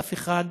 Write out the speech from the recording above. ואף אחד